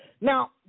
Now